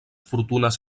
fortunes